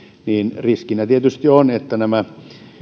niin riskinä tietysti on että nämä